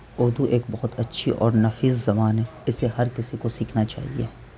اردو ایک بہت اچھی اور نفیس زبان ہے اسے ہر کسی کو سیکھنا چاہیے